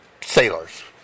sailors